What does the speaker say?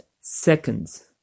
seconds